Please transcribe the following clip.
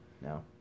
no